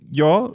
ja